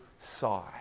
sigh